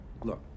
Look